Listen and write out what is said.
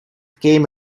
came